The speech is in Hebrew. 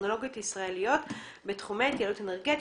טכנולוגיות ישראליות בתחומי התייעלות אנרגטית,